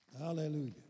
Hallelujah